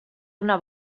una